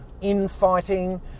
infighting